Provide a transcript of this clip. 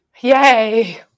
yay